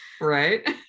Right